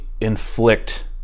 inflict